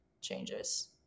changes